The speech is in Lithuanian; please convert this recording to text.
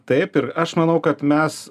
taip ir aš manau kad mes